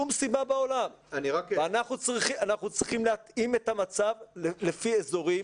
אנחנו צריכים להתאים את המצב לפי אזורים.